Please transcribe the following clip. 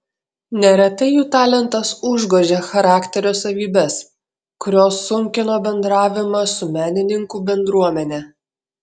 neretai jų talentas užgožė charakterio savybes kurios sunkino bendravimą su menininkų bendruomene